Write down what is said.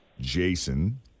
Jason